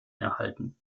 erhalten